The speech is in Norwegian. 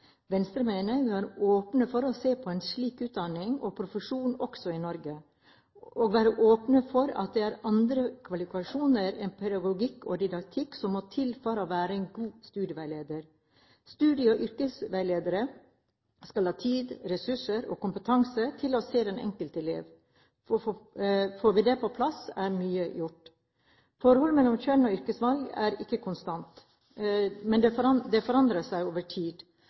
Venstre mener vi må være åpne for å se på en slik utdanning og profesjon også i Norge og være åpne for at det er andre kvalifikasjoner enn pedagogiske og didaktiske som må til for å være en god studieveileder. Studie- og yrkesveiledere skal ha tid, ressurser og kompetanse til å se den enkelte elev. Får vi det på plass, er mye gjort. Forholdet mellom kjønn og yrkesvalg er ikke konstant, det forandrer seg over tid.